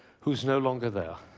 who's no longer there?